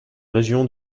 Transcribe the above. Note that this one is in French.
régions